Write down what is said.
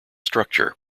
structure